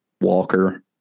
Walker